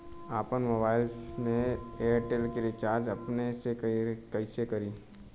आपन मोबाइल में एयरटेल के रिचार्ज अपने से कइसे करि?